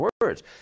words